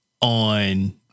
on